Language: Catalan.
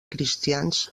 cristians